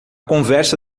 conversa